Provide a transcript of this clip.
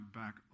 back